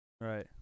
Right